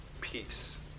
peace